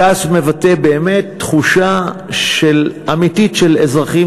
הכעס מבטא באמת תחושה אמיתית של אזרחים